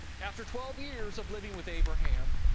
after twelve years of living with abraham,